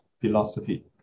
philosophy